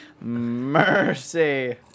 Mercy